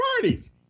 parties